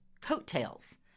coattails